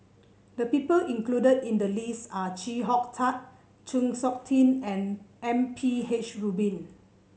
the people included in the list are Chee Hong Tat Chng Seok Tin and M P H Rubin